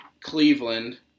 Cleveland